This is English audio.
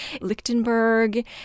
Lichtenberg